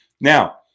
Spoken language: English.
Now